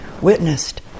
witnessed